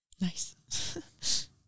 Nice